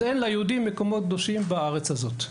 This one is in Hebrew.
אז אין ליהודים מקומות קדושים בארץ הזאת.